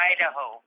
Idaho